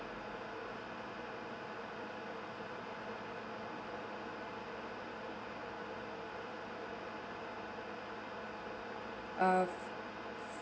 uh